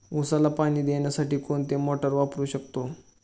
उसाला पाणी देण्यासाठी कोणती मोटार वापरू शकतो?